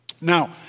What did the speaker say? Now